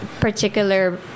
particular